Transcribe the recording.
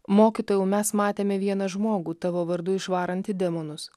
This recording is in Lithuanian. mokytojau mes matėme vieną žmogų tavo vardu išvarantį demonus